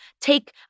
take